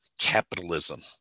capitalism